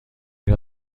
آیا